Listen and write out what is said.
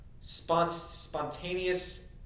spontaneous